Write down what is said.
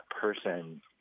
person